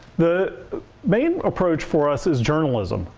the main approach for us is journalism.